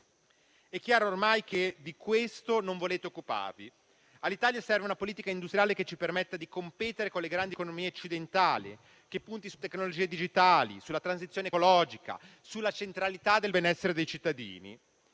È chiaro ormai che di questo non volete occuparvi. All'Italia serve una politica industriale che ci permetta di competere con le grandi economie occidentali, che punti su tecnologie digitali, sulla transizione ecologica, sulla centralità del benessere dei cittadini.